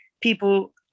people